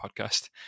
podcast